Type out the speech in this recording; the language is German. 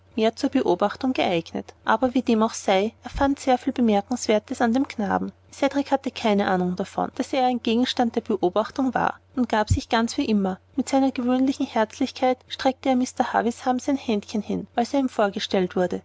zur beobachtung geneigt aber wie dem auch sei er fand sehr viel bemerkenswertes an dem knaben cedrik hatte keine ahnung davon daß er ein gegenstand der beobachtung war und gab sich ganz wie immer mit seiner gewöhnlichen herzlichkeit streckte er mr havisham sein händchen hin als er ihm vorgestellt wurde